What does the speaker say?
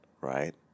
right